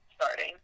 starting